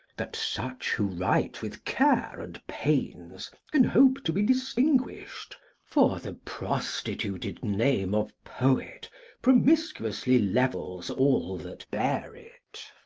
that such who write with care and pains can hope to be distinguished for the prostituted name of poet promiscuously levels all that bear it.